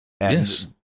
Yes